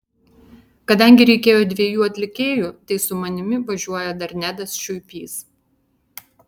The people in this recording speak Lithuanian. kadangi reikėjo dviejų atlikėjų tai su manimi važiuoja dar nedas šiuipys